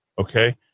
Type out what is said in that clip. okay